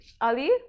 ali